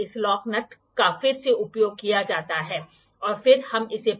मान लीजिए आप ६० या ३६० लेते हैं तो आप इसका ११२वां भाग प्राप्त कर सकते हैं